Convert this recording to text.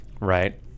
right